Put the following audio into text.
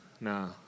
no